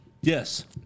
Yes